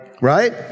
Right